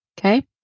Okay